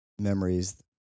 memories